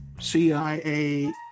CIA